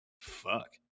Fuck